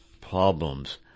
problems